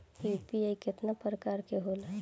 UPI केतना प्रकार के होला?